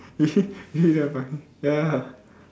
funny ya